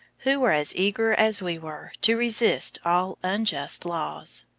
who were as eager as we were to resist all unjust laws.